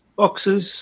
boxes